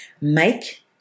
Make